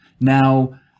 Now